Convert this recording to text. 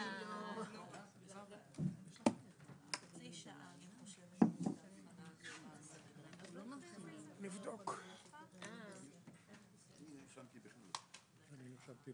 ננעלה בשעה 11:03.